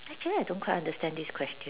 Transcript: actually I don't quite understand this question